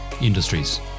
industries